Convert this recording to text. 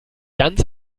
ganz